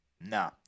No